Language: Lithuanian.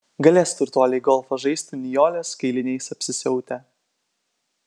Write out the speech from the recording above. galės turtuoliai golfą žaisti nijolės kailiniais apsisiautę